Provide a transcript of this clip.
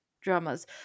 dramas